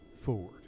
forward